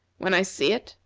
when i see it,